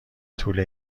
طول